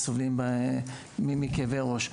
וסובלים מכאבי ראש.